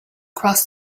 across